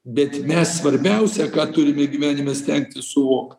bet mes svarbiausia ką turime gyvenime stengtis suvokt